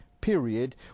period